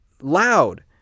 loud